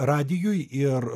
radijui ir